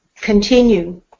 continue